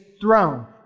throne